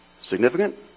Significant